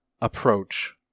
approach